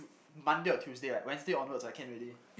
Monday or Tuesday like Wednesday onwards I can't really